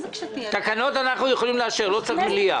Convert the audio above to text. תקנות אנחנו יכולים לאשר, לא צריך מליאה.